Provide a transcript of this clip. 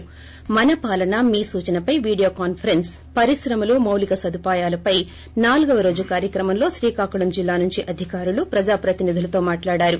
మన పాలన మీ సూచన పై వీడియో కాన్పరెన్స్ పరీశ్రమలు మౌళిక సదుపాయాలు పై నాలుగవ రోజు కార్యక్రమంలో శ్రీకాకుళం జిల్లా నుంచి అధికారులు ప్రజాప్రతినిధులతో మాట్లాడారు